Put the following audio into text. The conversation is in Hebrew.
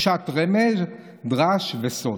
פשט, רמז, דרש וסוד.